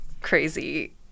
crazy